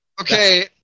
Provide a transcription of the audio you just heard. Okay